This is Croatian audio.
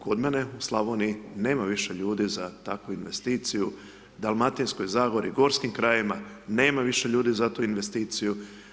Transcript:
Kod mene u Slavoniji nema više ljudi za takvu investiciju, u Dalmatinskoj zagori, gorskim krajevima, nema više ljudi za tu investiciju.